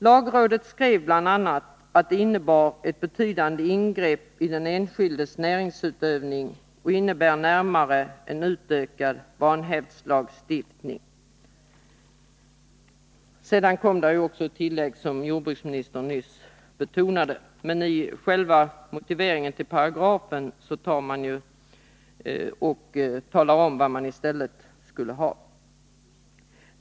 Lagrådet skrev bl.a. att det innebär ett betydande ingrepp i den enskildes näringsutövning och närmast innebär en utökad vanhävdslagstiftning. Sedan kom ett tillägg, som jordbruksministern nyss betonade, men i själva motiveringen till paragrafen talar man om vad man i stället ville ha.